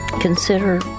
consider